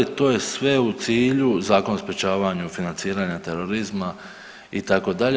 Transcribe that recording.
To je sve u cilju Zakona o sprječavanju financiranja terorizma itd.